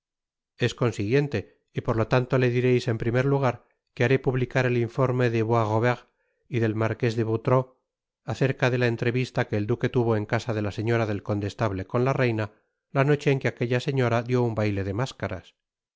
es consiguiente y por lo tanto le direis en primer lagar que haré publicar el informe de bois robert y del marqués de beautru acerca de la entrevista que el duque tuvo en casa de la señora del condestable con la reina la noche en que aquella señora dió un baile de máscaras